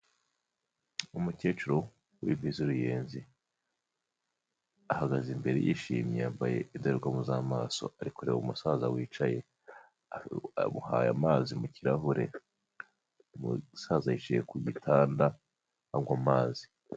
Umukecuru w'imvi z'uruyenzi ahagaze imbere yishimye yambaye indorerwamo z'amaso ari kureba umusaza wicaye amuhaye amazi mu kirahure, umusaza yicaye ku gitanda anywa amazi.